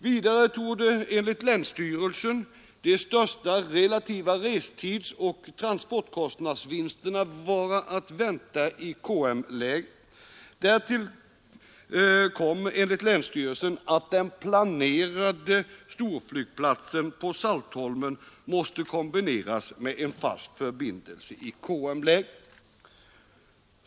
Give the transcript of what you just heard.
Vidare torde enligt länsstyrelsen de största relativa restidsoch transportkostnadsvinsterna vara att vänta i KM-läget. Därtill kom enligt länsstyrelsen att den planerade storflygplatsen på Saltholm måste kombineras med en fast förbindelse i KM-läget.